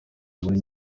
muri